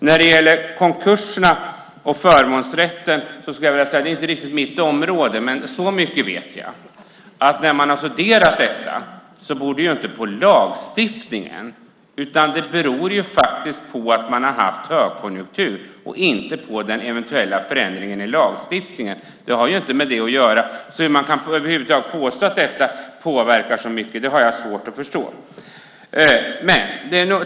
När det gäller konkurserna och förmånsrätten är det inte riktigt mitt område, men så mycket vet jag att när man har studerat detta ser man att det inte beror på den eventuella förändringen i lagstiftningen utan på att det har varit högkonjunktur. Det har inte med det att göra. Hur man över huvud taget kan påstå att detta påverkar så mycket har jag svårt att förstå.